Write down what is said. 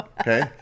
Okay